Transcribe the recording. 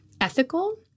ethical